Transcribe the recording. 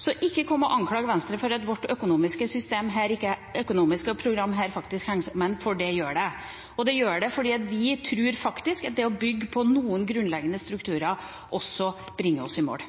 Så ikke kom og anklag Venstre for at vårt økonomiske program ikke henger sammen, for det gjør det. Det gjør det, for vi tror faktisk at å bygge på noen grunnleggende strukturer også bringer oss i mål.